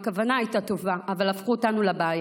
הכוונה הייתה טובה, אבל הפכו אותנו לבעיה.